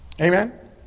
Amen